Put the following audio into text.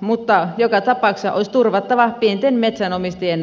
mutta joka tapauksessa olisi turvattava pienten metsänomistajien asema